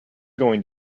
going